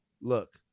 look